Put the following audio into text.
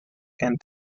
and